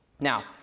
Now